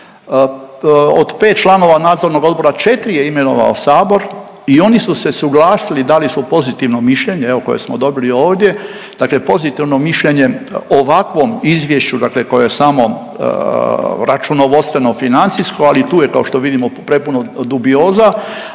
Od 5 članova nadzornog odbora 4 je imenovao sabor i oni su se suglasili, dali su pozitivno mišljenje jel, evo koje smo dobili ovdje dakle pozitivno mišljenje o ovakvom izvješću dakle koje je samo računovodstveno-financijsko ali i tu je kao što vidimo prepuno dubioza,